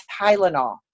tylenol